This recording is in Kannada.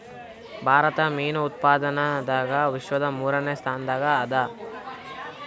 ಭಾರತ ಮೀನು ಉತ್ಪಾದನದಾಗ ವಿಶ್ವದ ಮೂರನೇ ಸ್ಥಾನದಾಗ ಅದ